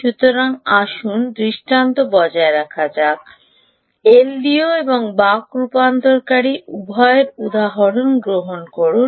সুতরাং আসুন দৃষ্টান্ত বজায় রাখা যাক এলডিও এবং Buck রূপান্তরকারী উভয়ের উদাহরণ গ্রহণ করুন